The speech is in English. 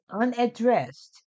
unaddressed